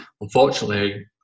Unfortunately